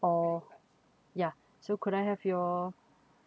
or yeah so could I have your